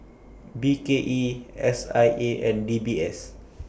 B K E S I A and D B S